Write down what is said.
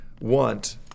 want